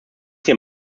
hier